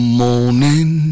morning